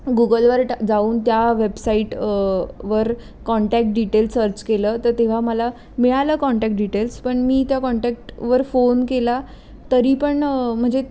गुगलवर टा जाऊन त्या वेबसाईट वर कॉन्टॅक डिटेल्स सर्च केलं तर तेव्हा मला मिळालं कॉन्टॅक डिटेल्स पण मी त्या कॉन्टॅक्टवर फोन केला तरी पण म्हणजे